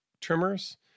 trimmers